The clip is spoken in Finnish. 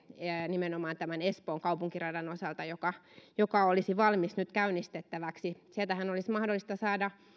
nimenomaan espoon kaupunkiradan osalta joka olisi valmis nyt käynnistettäväksi sieltähän olisi mahdollista saada